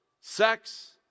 sex